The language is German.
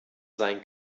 sein